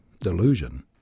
delusion